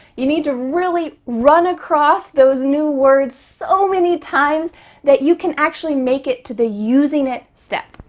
you need to really run across those new words so many times that you can actually make it to the using it step.